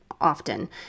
often